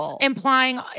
implying